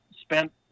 spent